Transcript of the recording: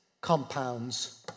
compounds